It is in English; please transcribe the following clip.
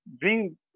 bring